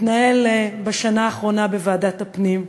התנהל בשנה האחרונה בוועדת הפנים.